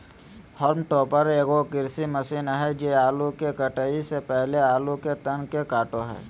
haulm topper एगो कृषि machine हइ जे आलू के कटाई से पहले आलू के तन के काटो हइ